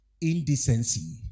Indecency